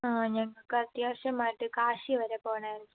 ആ ഞങ്ങൾക്ക് അത്യാവശ്യമായിട്ട് കാശി വരെ പോണമായിരുന്നു